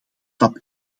stap